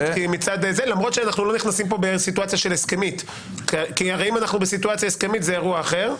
למרות שאנחנו לא נכנסים פה בסיטואציה של הסכמית שאז זה אירוע אחר.